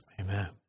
Amen